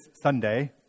Sunday